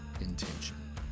Intention